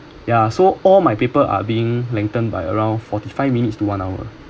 ya so all my paper are being lengthened by around forty five minutes to one hour